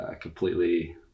completely